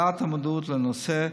העלאת המודעות לנושא,